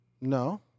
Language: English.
No